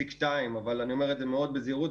אני אומר את זה מאוד בזהירות,